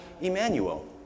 Emmanuel